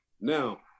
Now